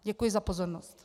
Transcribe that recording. Děkuji za pozornost.